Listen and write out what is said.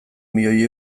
milioi